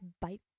bite